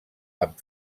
amb